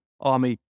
army